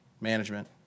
management